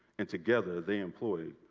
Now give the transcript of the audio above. and together they employ